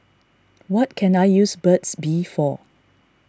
what can I use Burt's Bee for